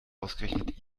ausgerechnet